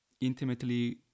intimately